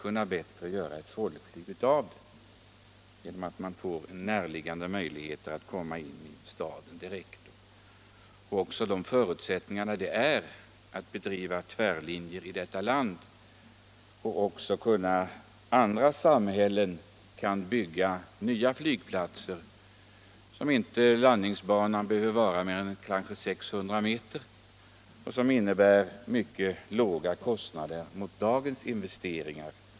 Man har en möjlighet att komma direkt till stan via en näraliggande flygplats, och då finns också förutsättningar att driva tvärlinjer i detta land. Även andra samhällen kan då bygga flygplatser där landningsbanan kanske bara behöver vara 600 meter och som ger mycket låga kostnader i jämförelse med dagens investeringar.